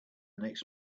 next